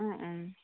অ অ